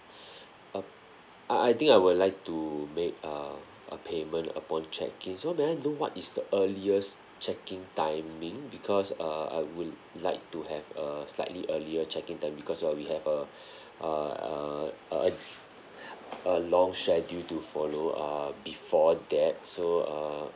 uh I I think I would like to make uh a payment upon check in so may I know what is the earliest check in timing because uh I would like to have a slightly earlier check in time because well we have a err err a l~ a long schedule to follow err before that so err